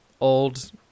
old